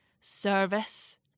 service